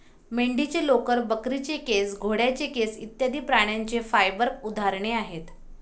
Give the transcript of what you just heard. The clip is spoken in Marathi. मेंढीचे लोकर, बकरीचे केस, घोड्याचे केस इत्यादि प्राण्यांच्या फाइबर उदाहरणे आहेत